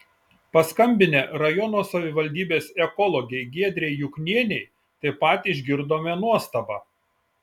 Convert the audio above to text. paskambinę rajono savivaldybės ekologei giedrei juknienei taip pat išgirdome nuostabą